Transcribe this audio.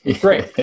Great